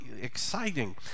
exciting